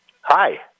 Hi